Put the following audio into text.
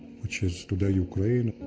which is today, ukraine.